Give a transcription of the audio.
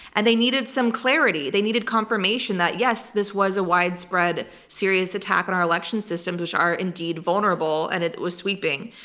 and they needed some clarity. they needed confirmation that yes, this was a widespread serious attack on our election systems which are indeed vulnerable, and it was sweeping.